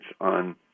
on